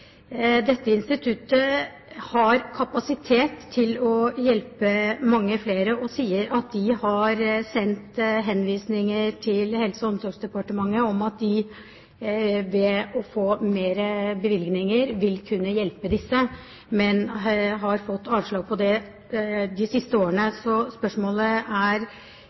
Dette instituttet har kapasitet til å hjelpe mange flere. De sier at de har sendt henvendelser til Helse- og omsorgsdepartementet om at de – ved å få mer bevilgninger – vil kunne hjelpe disse, men at de har fått avslag på